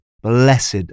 Blessed